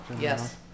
yes